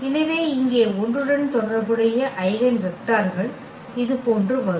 எனவே இங்கே 1 உடன் தொடர்புடைய ஐகென் வெக்டர்கள் இதுபோன்று வரும்